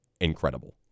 incredible